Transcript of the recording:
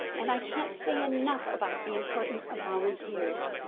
and i can't say enough about the importance of volunteers.